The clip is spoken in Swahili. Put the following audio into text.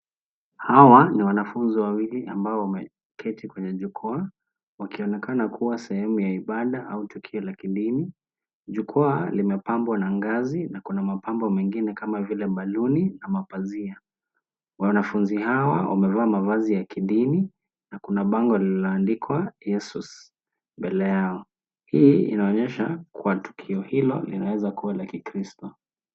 Hawa ni wanafunzi wawili ambao wameketi kwenye jukwaa wakionekana kuwa sehemu ya ibada au tukio la kidini. Jukwaa limepambwa na ngazi na kuna mapambo mengine kama vile baluni na mapazia. Wanafunzi hawa wamevaa mavazi ya kidini na kuna bango liloandikwa Yesus mbele yao. Hii inaonyesha kuwa tukio hilo linaweza kuwa la kikristo.